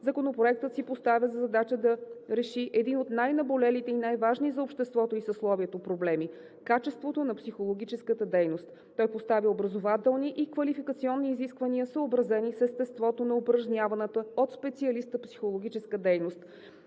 Законопроектът си поставя за задача да реши един от най-наболелите и най-важни за обществото и съсловието проблеми – качеството на психологическата дейност. Той поставя образователни и квалификационни изисквания, съобразени с естеството на упражняваната от специалиста психологическа дейност,